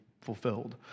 fulfilled